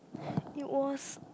it was